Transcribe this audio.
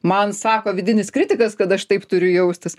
man sako vidinis kritikas kad aš taip turiu jaustis